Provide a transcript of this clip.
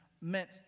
meant